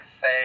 say